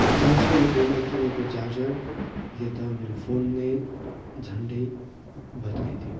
र चार सय रुपियाँमा किनेको चार्जरले त मेरो फोन नै झन्डै भत्काइदियो